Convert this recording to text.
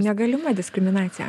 negalima diskriminacija